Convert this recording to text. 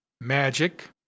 Magic